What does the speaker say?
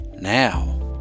now